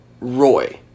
Roy